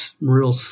real